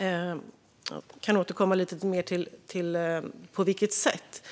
Jag kan återkomma lite mer till på vilket sätt.